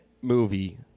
movie